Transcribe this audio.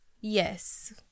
Yes